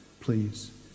Please